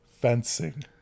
fencing